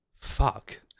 Fuck